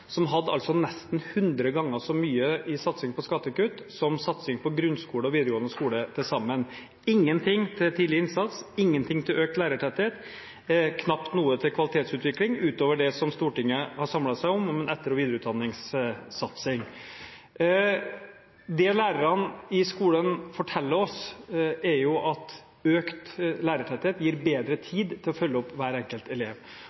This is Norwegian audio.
som hadde nesten hundre ganger så stor satsing på skattekutt som satsing på grunnskole og videregående skole til sammen – ingenting til tidlig innsats, ingenting til økt lærertetthet og knapt noe til kvalitetsutvikling, utover det som Stortinget har samlet seg om i en etter- og videreutdanningssatsing. Det lærerne i skolen forteller oss, er at økt lærertetthet gir bedre tid til å følge opp hver enkelt elev,